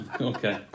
Okay